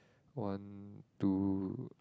one two